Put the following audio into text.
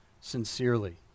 sincerely